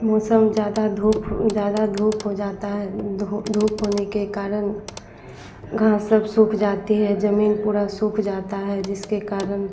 मौसम ज़्यादा धूप धूप हो जाता है धूप होने के कारण घाँस सब सूख जाती है ज़मीन पूरी सूख जाती है जिसके कारण